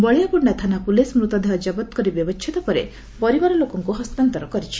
ବଳିଆପଣ୍ଡା ଥାନା ପୁଲିସ ମୃତଦେହ ଜବତ କରି ବ୍ୟବଛେଦ ପରେ ପରିବାର ଲୋକଙ୍କୁ ହସ୍ତାନ୍ତର କରିଛି